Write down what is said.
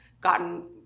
gotten